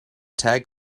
tag